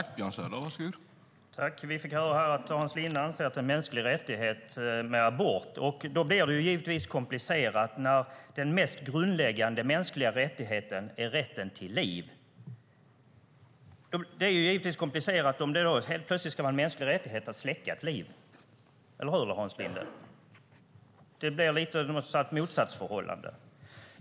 Herr talman! Vi fick höra att Hans Linde anser att det är en mänsklig rättighet med abort. Då blir det givetvis komplicerat när den mest grundläggande mänskliga rättigheten är rätten till liv. Det är givetvis komplicerat om det då helt plötsligt ska vara en mänsklig rättighet att släcka ett liv, eller hur, Hans Linde? Det blir lite av ett motsatsförhållande.